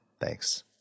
thanks